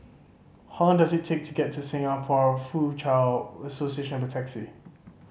how long does it take to get to Singapore Foochow Association by taxi